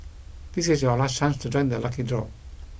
this is your last chance to join the lucky draw